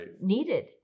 needed